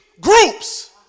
groups